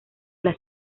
las